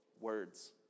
Words